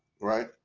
right